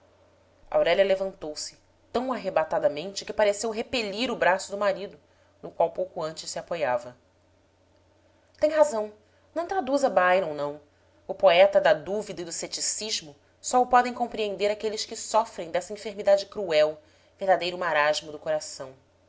aurélia levantou-se tão arrebatadamente que pareceu repelir o braço do marido no qual pouco antes se apoiava tem razão não traduza byron não o poeta da dúvida e do cepticismo só o podem compreender aqueles que sofrem dessa enfermidade cruel verdadeiro marasmo do coração